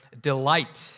delight